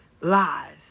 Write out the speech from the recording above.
lies